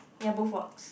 ya both works